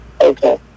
okay